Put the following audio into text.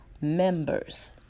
members